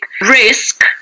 risk